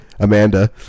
Amanda